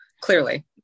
clearly